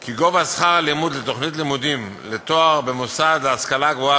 כי גובה שכר לימוד לתוכנית לימודים לתואר במוסד להשכלה גבוהה